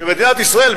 שמדינת ישראל,